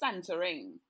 centering